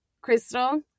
Crystal